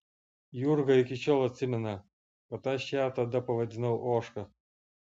jurga iki šiol atsimena kad aš ją tada pavadinau ožka